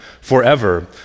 forever